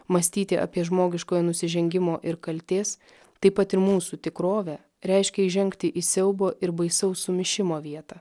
mąstyti apie žmogiškojo nusižengimo ir kaltės taip pat ir mūsų tikrovę reiškia įžengti į siaubo ir baisaus sumišimo vietą